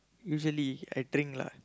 usually I think lah